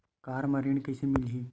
Car म ऋण कइसे मिलही?